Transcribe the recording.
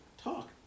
Talk